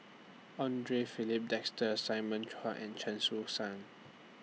Andre Filipe Desker Simon Chua and Chen Su San